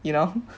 you know